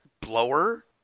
blower